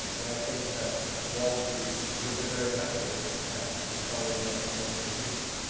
and i think that wall street has been very effective at accelerating that financialization.